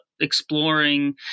exploring